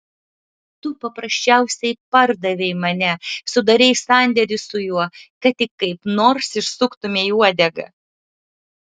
tu paprasčiausiai pardavei mane sudarei sandėrį su juo kad tik kaip nors išsuktumei uodegą